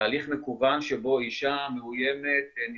תהליך מקוון שבו אישה מאוימת, נפגעת,